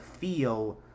feel